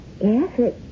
Yes